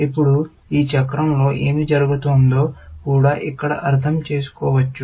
ఇప్పుడు ఈ చక్రంలో ఏమి జరగబోతోందో కూడా ఇక్కడ అర్థం చేసుకోవచ్చు